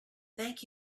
thank